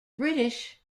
british